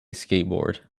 skateboard